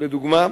לדוגמה,